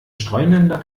streunender